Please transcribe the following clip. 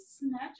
snatch